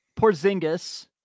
Porzingis